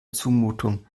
zumutung